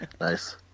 Nice